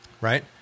right